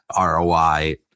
ROI